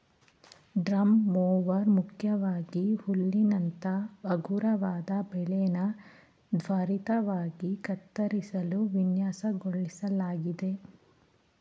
drum mower ಮುಖ್ಯವಾಗಿ ಹುಲ್ಲಿನಂತ ಹಗುರವಾದ ಬೆಳೆನ ತ್ವರಿತವಾಗಿ ಕತ್ತರಿಸಲು ವಿನ್ಯಾಸಗೊಳಿಸ್ಲಾಗಿದೆ